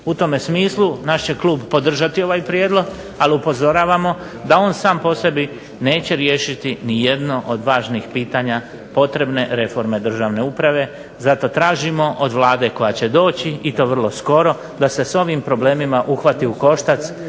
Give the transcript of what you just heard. U tom smislu naš će klub podržati ovaj prijedlog, ali upozoravamo da on sam po sebi neće riješiti nijedno od važnih pitanja potrebne reforme državne uprave. Zato tražimo od Vlade koja će doći i to vrlo skoro da se s ovim problemima uhvati u koštac